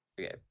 Okay